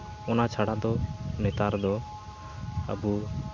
ᱚᱱᱟ ᱪᱷᱟᱲᱟ ᱫᱚ ᱱᱮᱛᱟᱨ ᱫᱚ ᱟᱵᱚ